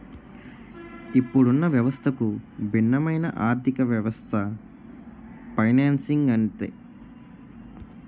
ఇప్పుడున్న వ్యవస్థకు భిన్నమైన ఆర్థికవ్యవస్థే ఫైనాన్సింగ్ అంటే